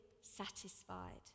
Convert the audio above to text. satisfied